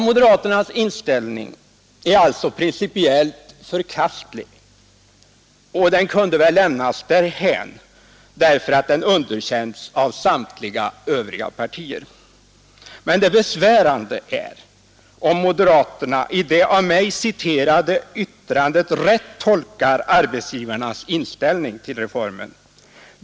Moderaternas inställning är alltså principiellt förkastlig, och den kunde väl lämnas därhän, eftersom den underkänts av samtliga övriga partier. Det besvärande skulle dock vara om moderaterna i det av mig citerade yttrandet rätt skulle ha tolkat arbetsgivarnas inställning till reformen.